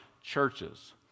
churches